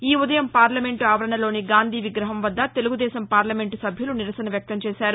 ఈ ఉదయం పార్లమెంటు ఆవరణలోని గాంధీ విగ్రహం వద్ద తెలుగుదేశం పార్లమెంట్ సభ్యులు నిరసన వ్యక్తం చేశారు